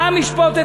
העם ישפוט אתכם.